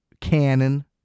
canon